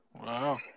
Wow